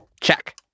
Check